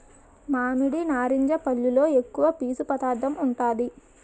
మామిడి, నారింజ పల్లులో ఎక్కువ పీసు పదార్థం ఉంటాది